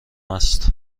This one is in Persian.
است